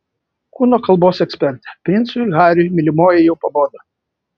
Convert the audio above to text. kūno kalbos ekspertė princui hariui mylimoji jau pabodo